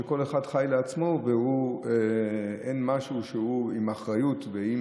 מפני שכל אחד חי לעצמו ואין משהו שהוא עם אחריות ועם